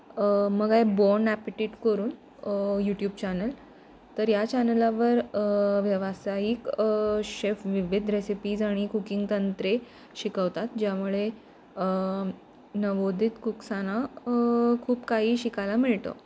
मग आहे bon appetit करून यूट्यूब चॅनल तर या चॅनलावर व्यावसायिक शेफ विविध रेसिपीज आणि कुकिंग तंत्रे शिकवतात ज्यामुळे नवोदित कुक्साना खूप काही शिकायला मिळतं